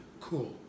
cool